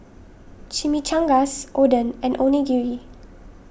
Chimichangas Oden and Onigiri